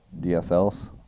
DSLs